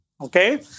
Okay